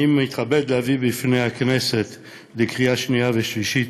אני מתכבד להביא בפני הכנסת לקריאה שנייה ושלישית